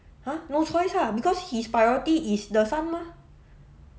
!huh! no choice ah because his priority is the son mah